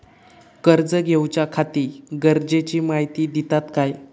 कर्ज घेऊच्याखाती गरजेची माहिती दितात काय?